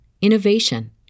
innovation